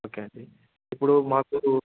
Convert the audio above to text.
okay అండీ ఇప్పుడు మాకు